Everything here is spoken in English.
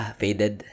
faded